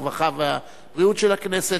הרווחה והבריאות של הכנסת,